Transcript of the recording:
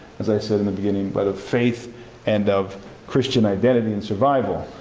as i said in the beginning, but of faith and of christian identity and survival.